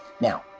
Now